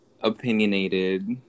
opinionated